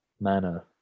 manner